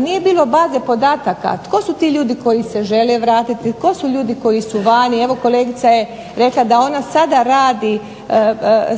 nije bilo baze podataka. Tko su ti koji se žele vratiti tko su ljudi koji su vani? Evo kolegica je rekla da ona sada radi